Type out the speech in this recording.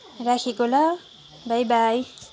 राखेको ल bye by